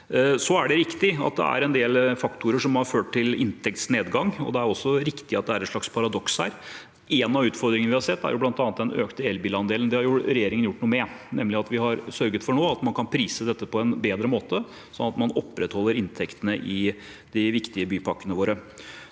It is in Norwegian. det er en del faktorer som har ført til inntektsnedgang, og det er også riktig at det er et slags paradoks her. En av utfordringene vi har sett, er bl.a. den økte elbilandelen. Det har regjeringen gjort noe med, nemlig ved at vi har sørget for at man nå kan prise dette på en bedre måte sånn at man opprettholder inntektene i de viktige bypakkene våre.